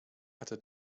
hatte